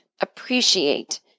appreciate